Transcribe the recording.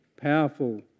powerful